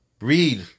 read